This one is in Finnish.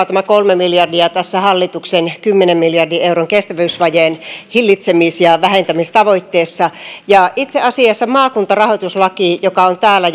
tämä kolme miljardia on olennainen osa tässä hallituksen kymmenen miljardin euron kestävyysvajeen hillitsemis ja vähentämistavoitteessa ja itse asiassa maakuntarahoituslaki joka on täällä